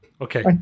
Okay